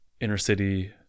inner-city